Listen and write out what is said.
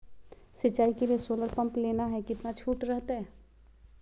सिंचाई के लिए सोलर पंप लेना है कितना छुट रहतैय?